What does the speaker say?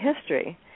history